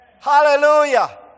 Hallelujah